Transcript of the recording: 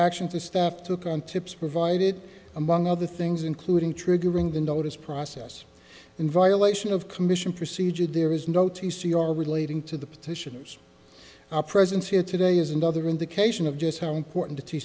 action to staff took on tips provided among other things including triggering the notice process in violation of commission procedure there is no t c or relating to the petitioners our presence here today is another indication of just how important